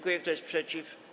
Kto jest przeciw?